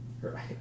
Right